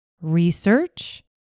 research